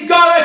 God